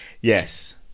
Yes